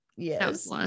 Yes